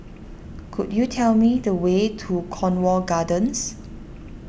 could you tell me the way to Cornwall Gardens